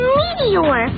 meteor